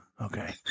okay